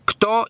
Kto